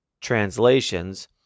translations